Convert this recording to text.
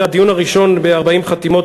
זה הדיון הראשון ב-40 חתימות,